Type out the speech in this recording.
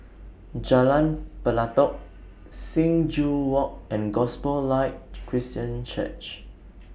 Jalan Pelatok Sing Joo Walk and Gospel Light Christian Church